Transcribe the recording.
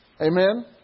Amen